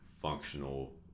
functional